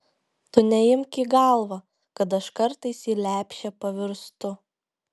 tu neimk į galvą kad aš kartais į lepšę pavirstu